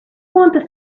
wanta